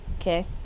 Okay